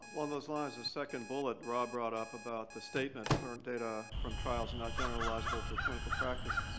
along those lines, a second bullet rob brought up about the statement, current data from trials and not generalizable to clinical practice.